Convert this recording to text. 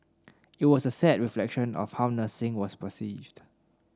it was a sad reflection of how nursing was perceived